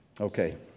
Okay